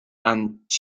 and